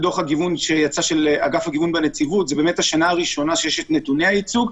השנה הראשונה שבה יש את נתוני הייצוג,